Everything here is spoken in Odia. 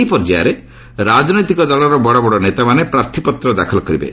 ଏହି ପର୍ଯ୍ୟାୟରେ ରାଜନୈତିକ ଦଳର ବଡ଼ ବଡ଼ ନେତାମାନେ ପ୍ରାର୍ଥୀପତ୍ର ଦାଖଲ କରିବେ